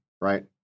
right